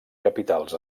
capitals